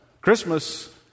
Christmas